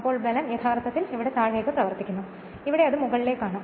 അപ്പോൾ ബലം യഥാർത്ഥത്തിൽ ഇവിടെ താഴേക്ക് പ്രവർത്തിക്കുന്നു ഇവിടെ അത് മുകളിലേക്ക് ആണ്